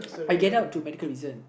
I get out to medical reasons